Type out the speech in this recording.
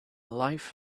life